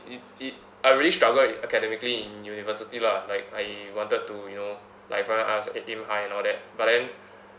it it I really struggled academically in university lah like I wanted to you know like fly high aiming high and all that but then